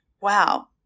Wow